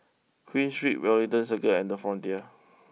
Queen Street Wellington Circle and the Frontier